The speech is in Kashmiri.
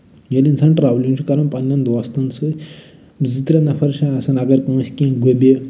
ییٚلہِ اِنسان ٹرٮ۪ولِنگ چھُ کران پَنٕنٮ۪ن دوستَن سۭتۍ زٕ ترے نَفر چھُ آسان اَگر کٲنسہِ کیٚنہہ گوٚو